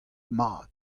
mat